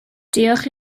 diolch